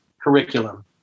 curriculum